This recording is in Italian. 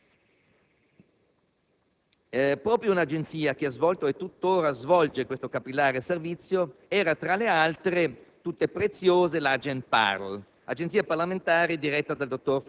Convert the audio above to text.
indicati. Un'agenzia che ha svolto e tuttora svolge questo capillare servizio era, tra le altre, tutte preziose, l'AgenParl,